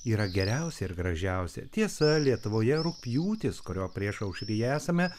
yra geriausia ir gražiausia tiesa lietuvoje rugpjūtis kurio priešaušryje esame